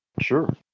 Sure